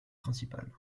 principal